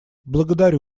благодарю